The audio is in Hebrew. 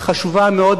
חשובה מאוד.